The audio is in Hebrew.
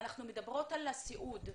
אנחנו מדברות על הסיעוד.